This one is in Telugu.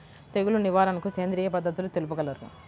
తెగులు నివారణకు సేంద్రియ పద్ధతులు తెలుపగలరు?